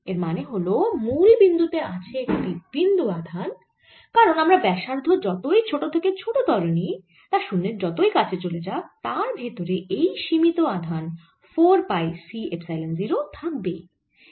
এর মানে হল মুল বিন্দু তে আছে একটি বিন্দু আধান কারণ আমরা ব্যাসার্ধ যতই ছোট থেকে ছোটতর নিই তা শুন্যের যতই কাছে চলে যাক তার ভেতরে এই সীমিত আধান 4 পাই C এপসাইলন 0 থাকবেই